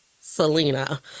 Selena